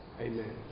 Amen